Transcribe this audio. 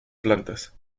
plantas